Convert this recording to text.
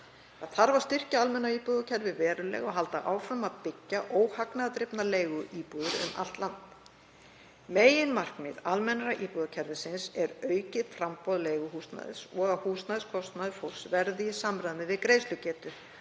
Það þarf að styrkja almenna íbúðakerfið verulega og halda áfram að byggja óhagnaðardrifnar leiguíbúðir um allt land. Meginmarkmið almenna íbúðakerfisins er aukið framboð leiguhúsnæðis og að húsnæðiskostnaður fólks verði í samræmi við greiðslugetu.